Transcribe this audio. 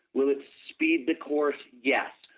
will it speed the course? yes.